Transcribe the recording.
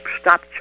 stop